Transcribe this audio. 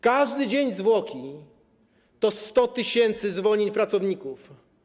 Każdy dzień zwłoki to 100 tys. zwolnień pracowników.